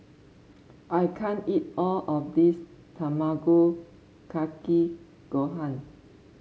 I can't eat all of this Tamago Kake Gohan